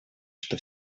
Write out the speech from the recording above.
что